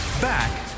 Back